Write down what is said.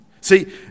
See